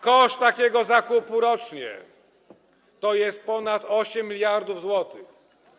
Koszt takiego zakupu rocznie to jest ponad 8 mld zł.